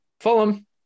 fulham